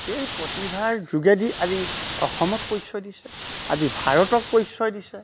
এই প্ৰতিভাৰ যোগেদি আজি অসমক পৰিচয় দিছে আজি ভাৰতক পৰিচয় দিছে